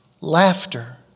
Laughter